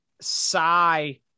sigh